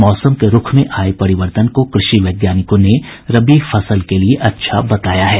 मौसम के रूख में आये परिवर्तन को कृषि वैज्ञानिकों ने रबी फसल के लिए अच्छा बताया है